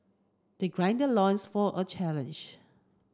they gird their loins for a challenge